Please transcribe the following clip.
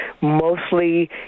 mostly